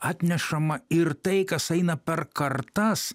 atnešama ir tai kas eina per kartas